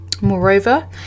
Moreover